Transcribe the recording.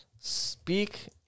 Speak